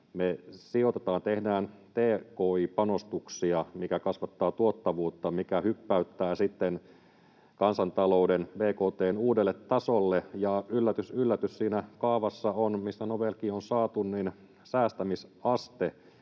me sijoitamme, teemme tki-panostuksia, mikä kasvattaa tuottavuutta, mikä hyppäyttää sitten kansantalouden bkt:n uudelle tasolle, ja yllätys, yllätys, siinä kaavassa, mistä Nobelkin on saatu, säästämisaste